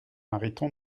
mariton